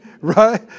right